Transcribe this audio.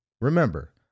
Remember